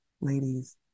ladies